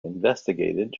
investigated